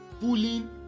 pulling